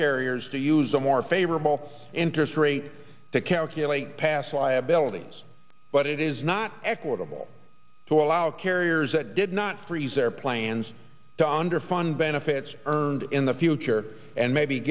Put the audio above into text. carriers to use a more favorable interest rate to calculate past liabilities but it is not equitable to allow carriers that did not freeze their plans to underfund benefits earned in the future and maybe